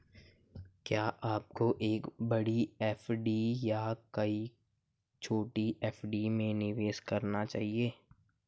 क्या आपको एक बड़ी एफ.डी या कई छोटी एफ.डी में निवेश करना चाहिए?